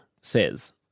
says